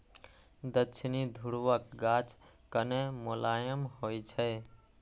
दक्षिणी ध्रुवक गाछ कने मोलायम होइ छै